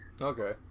Okay